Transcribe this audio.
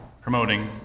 promoting